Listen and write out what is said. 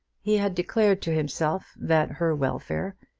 he had declared to himself that her welfare,